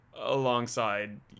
alongside